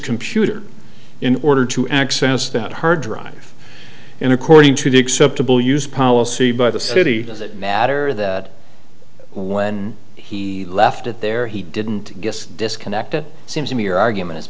computer in order to access that hard drive in according to the acceptable use policy by the city does it matter that when he left it there he didn't just disconnect it seems to me your argument i